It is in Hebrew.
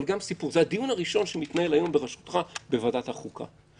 אבל זה הדיון הראשון שמתנהל בראשותך בוועדת החוקה.